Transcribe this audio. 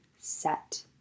set